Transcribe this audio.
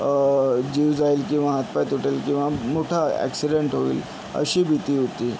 जीव जाईल किंवा हात पाय तुटेल किंवा मोठा ॲक्सिडेंट होईल अशी भीती होती